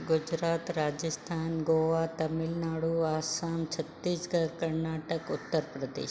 Gujarat Rajasthan Goa Tamil Nadu Assam Chhattisgarh Karnataka Uttar Pradesh